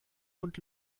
und